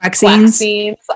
Vaccines